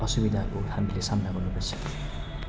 असुविधाको हामीले सामना गर्नुपर्छ